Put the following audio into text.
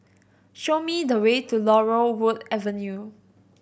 show me the way to Laurel Wood Avenue